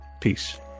Peace